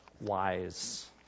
wise